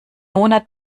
monat